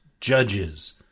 judges